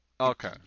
Okay